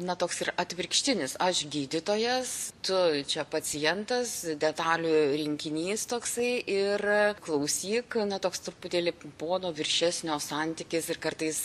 na toks ir atvirkštinis aš gydytojas tu čia pacientas detalių rinkinys toksai ir klausyk na toks truputėlį pono viršesnio santykis ir kartais